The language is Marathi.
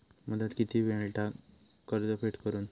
मुदत किती मेळता कर्ज फेड करून?